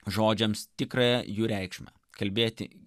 žodžiams tikrąją jų reikšmę kalbėti